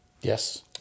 Yes